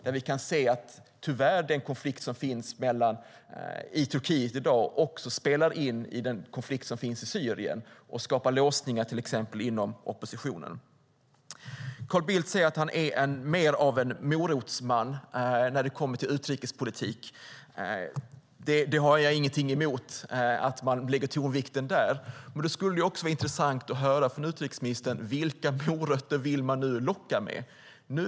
Där kan vi se att den konflikt som finns i Turkiet i dag tyvärr också spelar in i den konflikt som finns i Syrien och skapar låsningar till exempel inom oppositionen. Carl Bildt säger att han är mer av en morotsman när det kommer till utrikespolitik. Jag har ingenting emot att man lägger tonvikten där, men då skulle det vara intressant att höra från utrikesministern vilka morötter man nu vill locka med.